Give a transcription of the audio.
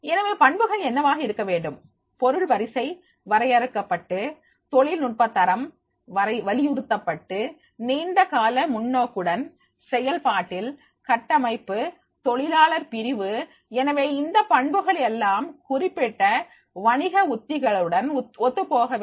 எனவே பண்புகள் என்னவாக இருக்க வேண்டும் பொருள் வரிசை வரையறுக்கப்பட்டு தொழில்நுட்பத் தரம் வலியுறுத்தப்பட்டு நீண்டகால முன்னோக்குடன் செயல்பாட்டில் கட்டமைப்பு தொழிலாளர் பிரிவு எனவே இந்த பண்புகள் எல்லாம் குறிப்பிட்ட வணிக உத்திகளுடன் ஒத்துப்போக வேண்டும்